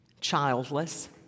childless